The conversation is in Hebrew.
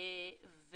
אז